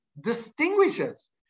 distinguishes